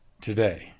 today